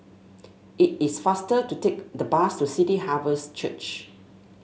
it is faster to take the bus to City Harvest Church